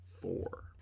four